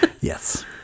Yes